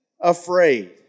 afraid